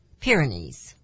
Pyrenees